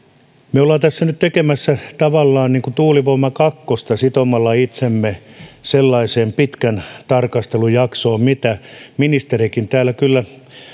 me olemme tässä nyt tekemässä tavallaan niin kuin tuulivoima kakkosta sitomalla itsemme sellaiseen pitkän tarkastelun jaksoon mitä ministerikin täällä kyllä